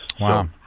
Wow